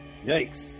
Yikes